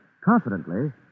confidently